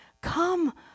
come